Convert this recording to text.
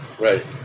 Right